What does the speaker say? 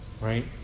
Right